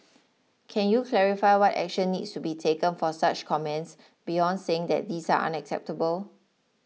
can you clarify what action needs to be taken for such comments beyond saying that these are unacceptable